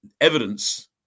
evidence